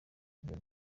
ibyo